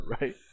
Right